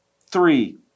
three